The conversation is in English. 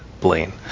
Blaine